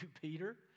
Peter